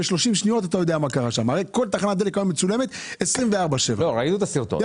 ב-30 שניות תדע מה קורה כי כל תחנת דלק מצולמת 24/7. ראינו את הסרטון.